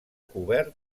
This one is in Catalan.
cobert